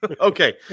Okay